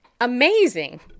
amazing